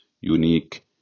unique